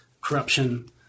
corruption